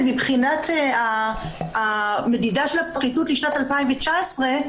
ומבחינת המדידה של הפרקליטות לשנת 2019,